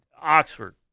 Oxford